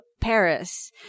Paris